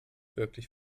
wirklich